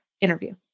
interview